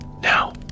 Now